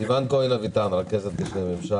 סיון כהן אביטן, בבקשה.